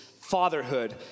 fatherhood